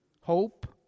hope